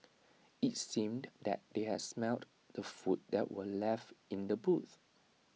IT seemed that they had smelt the food that were left in the boot